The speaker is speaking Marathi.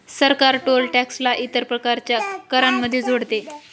सरकार टोल टॅक्स ला इतर प्रकारच्या करांमध्ये जोडते